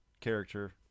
character